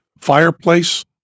fireplace